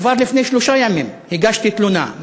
כבר לפני שלושה ימים הגשתי תלונה,